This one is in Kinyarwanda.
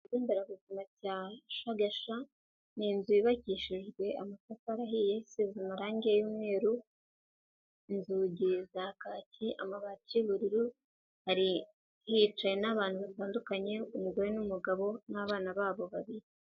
Ikigo nderabuzima cya Shagasha, ni inzu yubakishijwe amatafari ahiye, isize amarange y'umweru, inzugi za kaki, amabati y'ubururu, hari hicaye n'abantu batandukanye, umugore n'umugabo n'abana babo babiri.